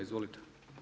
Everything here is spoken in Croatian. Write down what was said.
Izvolite.